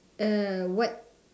err what